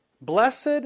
Blessed